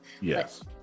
Yes